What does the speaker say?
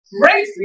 great